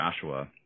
Joshua